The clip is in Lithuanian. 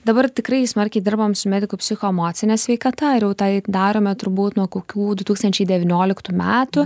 dabar tikrai smarkiai dirbam su medikų psichoemocine sveikata ir jau tai darome turbūt nuo kokių du tūkstančiai devynioliktų metų šitoks naujos